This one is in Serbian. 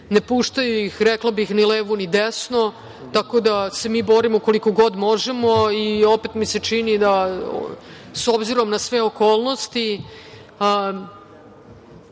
Ne puštaju ih, rekla bih, ni levo, ni desno, tako da se mi borimo koliko god možemo i opet mi se čini, s obzirom na sve okolnosti,